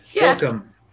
Welcome